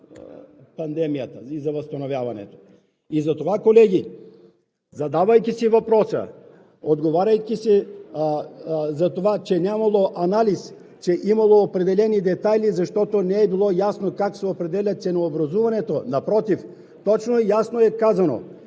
за пандемията и за възстановяването. И затова, колеги, задавайки си въпроса, отговаряйки си за това, че нямало анализ, че имало определени детайли, защото не е било ясно как се определя ценообразуването, напротив, точно и ясно е казано: